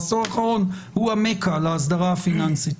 בעשור האחרון הוא המכה לאסדרה הפיננסית.